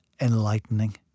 enlightening